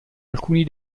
alcuni